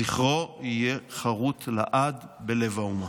זכרו יהיה חרות לעד בלב האומה.